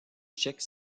tchèques